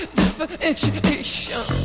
differentiation